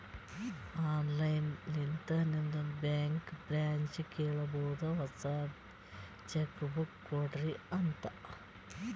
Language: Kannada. ಆನ್ಲೈನ್ ಲಿಂತೆ ನಿಮ್ದು ಬ್ಯಾಂಕ್ ಬ್ರ್ಯಾಂಚ್ಗ ಕೇಳಬೋದು ಹೊಸಾ ಚೆಕ್ ಬುಕ್ ಕೊಡ್ರಿ ಅಂತ್